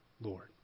Lord